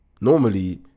normally